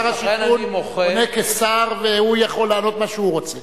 שר השיכון עונה כשר והוא יכול לענות מה שהוא רוצה.